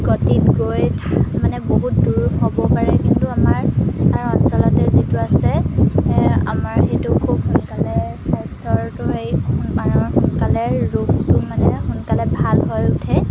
গতিত গৈ মানে বহুত দূৰ হ'ব পাৰে কিন্তু আমাৰ অঞ্চলতে যিটো আছে আমাৰ সেইটো খুব সোনকালে স্বাস্থ্যটো হেৰি কাৰণ সোনকালে ৰোগটো মানে সোনকালে ভাল হৈ উঠে